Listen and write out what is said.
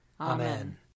Amen